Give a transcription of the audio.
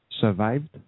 Survived